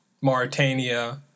Mauritania